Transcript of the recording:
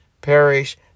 perish